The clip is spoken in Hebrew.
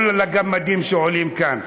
לא לגמדים שעולים כאן,